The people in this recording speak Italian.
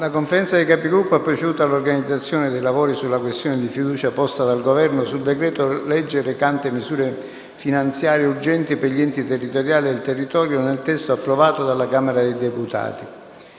La Conferenza dei Capigruppo ha proceduto all'organizzazione dei lavori sulla questione di fiducia posta dal Governo sul decreto-legge recante misure finanziarie urgenti per gli enti territoriali e il territorio, nel testo approvato dalla Camera dei deputati.